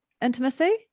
intimacy